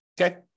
Okay